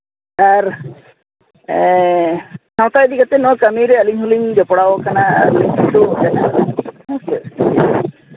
ᱟᱨ ᱥᱟᱶᱛᱟ ᱤᱫᱤ ᱠᱟᱛᱮᱫ ᱦᱚᱸ ᱠᱟᱹᱢᱤᱨᱮ ᱟᱹᱞᱤᱧ ᱦᱚᱸᱞᱤᱧ ᱡᱚᱯᱲᱟᱣ ᱠᱟᱱᱟ ᱦᱮᱸ ᱥᱮ